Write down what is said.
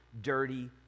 dirty